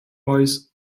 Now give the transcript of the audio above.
voice